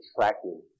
tracking